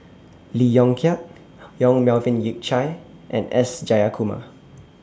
Lee Yong Kiat Yong Melvin Yik Chye and S Jayakumar